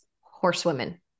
horsewomen